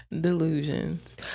delusions